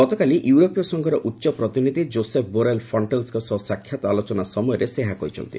ଗତକାଲି ୟୁରୋପୀୟ ସଂଘର ଉଚ୍ଚପ୍ରତିନିଧି ଯୋଶେଫ ବୋରେଲ୍ ଫଣ୍ଟେଲସ ସହ ସାକ୍ଷାତ ଆଲୋଚନା ସମୟରେ ଏହା କହିଛନ୍ତି